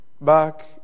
back